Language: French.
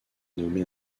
nommé